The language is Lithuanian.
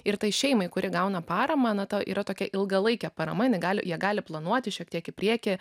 ir tai šeimai kuri gauna paramą na ta yra tokia ilgalaikė parama jinai gali jie gali planuoti šiek tiek į priekį